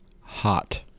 Hot